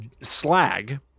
Slag